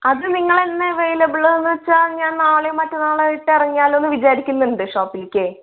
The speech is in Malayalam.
അത് നിങ്ങൾ എന്ന് അവൈലബിൾ ആണെന്ന് വെച്ചാൽ ഞാൻ നാളെയോ മറ്റന്നാളോ ആയിട്ട് ഇറങ്ങിയാലോ എന്ന് വിചാരിക്കുന്നുണ്ട് ഷോപ്പിലേക്കേ